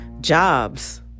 jobs